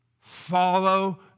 Follow